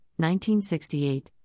1968